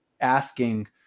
Asking